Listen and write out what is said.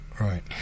right